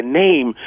name